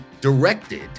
directed